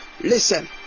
Listen